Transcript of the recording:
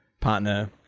partner